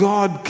God